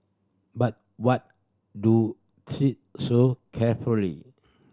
but what do tread so carefully